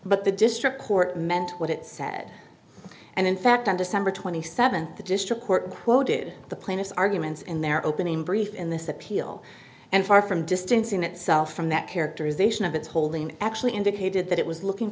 but the district court meant what it said and in fact on december twenty seventh the district court quoted the plaintiff's arguments in their opening brief in this appeal and far from distancing itself from that characterization of its holding actually indicated that it was looking